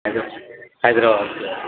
Hyderabad